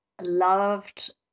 loved